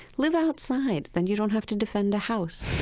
live outside, then you don't have to defend a house.